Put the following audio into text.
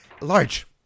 large